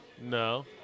No